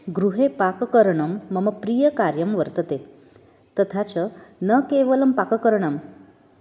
गृहे पाककरणं मम प्रियकार्यं वर्तते तथा च न केवलं पाककरणं